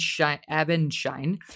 abenshine